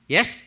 Yes